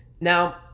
Now